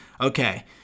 okay